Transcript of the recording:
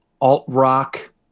alt-rock